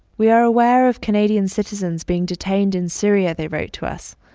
we are aware of canadian citizens being detained in syria, they wrote to us.